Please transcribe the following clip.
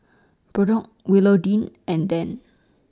Brock Willodean and Dann